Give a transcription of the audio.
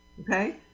Okay